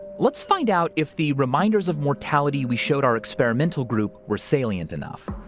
let's find out if the reminders of mortality, we showed our experimental group were salient enough.